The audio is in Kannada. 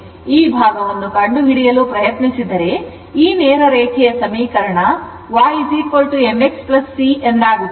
ಈಗ ಈ ಭಾಗವನ್ನು ಕಂಡುಹಿಡಿಯಲು ಪ್ರಯತ್ನಿಸಿದರೆ ಈ ನೇರ ರೇಖೆಯ ಸಮೀಕರಣ y m x c ಗೆ ಎಂದಾಗುತ್ತದೆ